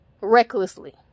recklessly